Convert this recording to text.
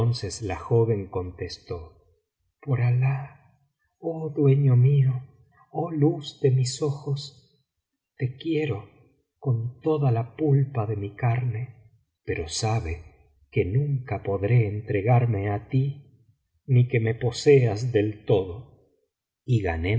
entonces la joven contestó por alah oh dueño mío oh luz de mis ojos te quiero con toda la pulpa de mi carne pero sabe que nunca podré entregarme á ti ni que me poseas del todo y ghanem